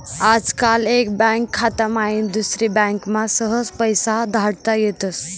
आजकाल एक बँक खाता माईन दुसरी बँकमा सहज पैसा धाडता येतस